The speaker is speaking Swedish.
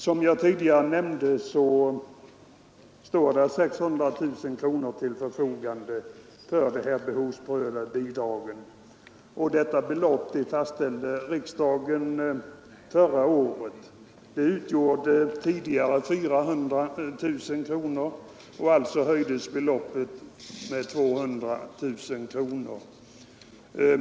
Som jag tidigare nämnde står 600 000 kronor till förfogande för de behovsprövade bidragen, och detta belopp fastställdes av förra årets riksdag. Beloppet var tidigare 400 000 kronor och höjdes alltså med 200 000.